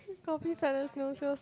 kopi fella no sales